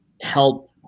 help